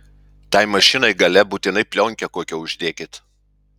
tai mašinai gale būtinai plionkę kokią uždėkit